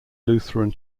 lutheran